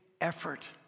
effort